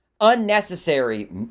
unnecessary